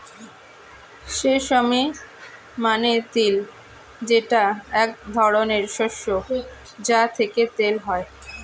sesame মানে তিল যেটা এক ধরনের শস্য যা থেকে তেল হয়